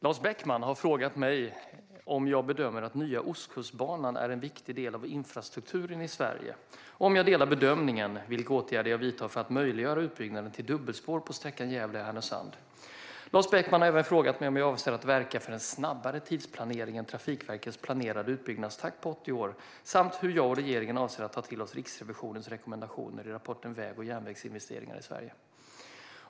Lars Beckman har frågat mig om jag bedömer att Nya Ostkustbanan är en viktig del av infrastrukturen i Sverige och, om jag delar bedömningen, vilka åtgärder jag vidtar för att möjliggöra utbyggnaden till dubbelspår på sträckan Gävle-Härnösand. Lars Beckman har även frågat mig om jag avser att verka för en snabbare tidsplanering än Trafikverkets planerade utbyggnadstakt på 80 år och hur jag och regeringen avser att ta till oss Riksrevisionens rekommendationer i rapporten Väg och järnvägsinvesteringar i Sverige .